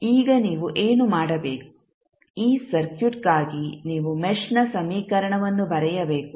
ಈಗ ನೀವು ಏನು ಮಾಡಬೇಕು ಈ ಸರ್ಕ್ಯೂಟ್ಗಾಗಿ ನೀವು ಮೆಶ್ನ ಸಮೀಕರಣವನ್ನು ಬರೆಯಬೇಕು